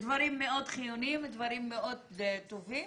דברים מאוד חיוניים, דברים מאוד טובים.